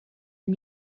are